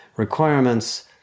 requirements